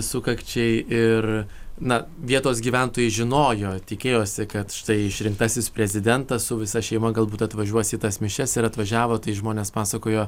sukakčiai ir na vietos gyventojai žinojo tikėjosi kad štai išrinktasis prezidentas su visa šeima galbūt atvažiuos į tas mišias ir atvažiavo tai žmonės pasakojo